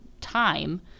time